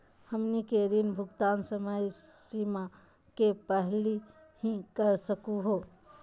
हमनी के ऋण भुगतान समय सीमा के पहलही कर सकू हो?